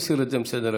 להסיר את זה מסדר-היום.